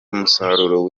musaruro